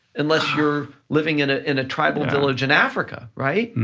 unless you're living in ah in a tribal village in africa, right?